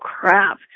crap